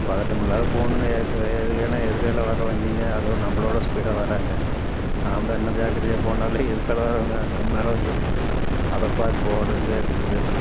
பதட்டம் இல்லாத போணும்னு ஏனால் எதுர்க்க எல்லாம் வர வண்டிங்க அதோடு நம்பளோட ஸ்பீடாக வராங்க நாம்ப இன்னும் ஜாக்கிரதையாக போனாலே எதுக்கால வரவங்க நம்ம மேலே வந்து அதை பார்த்து போகிறதுண்டே இருக்குது